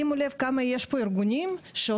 שימו לב כמה ארגונים יש פה שעוסקים,